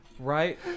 Right